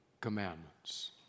commandments